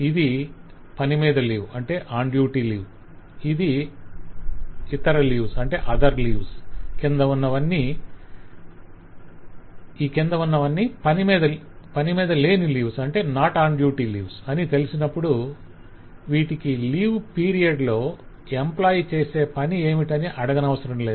ఇది 'పని మీద లీవ్' ఈ 'ఇతర లీవ్స్' కింద ఉన్నవన్నీ 'పని మీద లేని లీవ్' అని తెలిసినప్పుడు వీటికి లీవ్ పీరియడ్ లో ఎంప్లాయ్ చేసే పని ఏమిటని అడగనవసరం లేదు